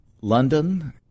London